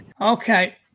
Okay